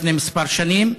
לפני כמה שנים?